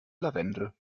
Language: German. lavendel